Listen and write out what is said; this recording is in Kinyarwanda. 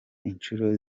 inshuro